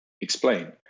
explain